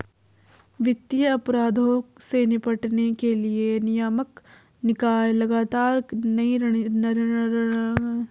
वित्तीय अपराधों से निपटने के लिए नियामक निकाय लगातार नई रणनीति विकसित करते हैं